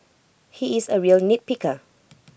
he is A real nitpicker